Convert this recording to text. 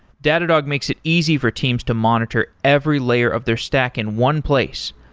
datadog makes it easy for teams to monitor every layer of their stack in one place.